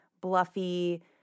bluffy